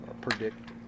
predict